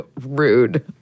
rude